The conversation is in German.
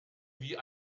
wie